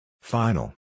Final